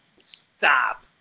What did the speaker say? Stop